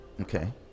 Okay